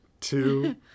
two